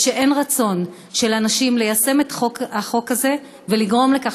וכשאין רצון של אנשים ליישם את החוק הזה ולגרום לכך